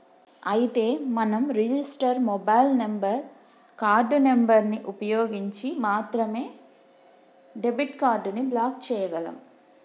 అయితే మనం register mobile number card number ని ఉపయోగించి మాత్రమే డెబిట్ కార్డు ని బ్లాక్ చేయగలం